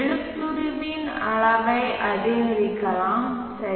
எழுத்துருவின் அளவை அதிகரிக்கலாம் சரி